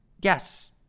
yes